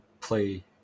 play